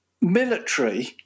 military